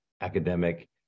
academic